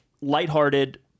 lighthearted